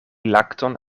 lakton